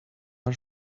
are